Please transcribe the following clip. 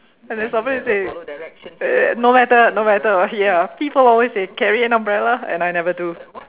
and then somebody says uh no matter no matter what ya people always say carry an umbrella and I never do